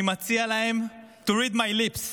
אני מציע להם to read my lips: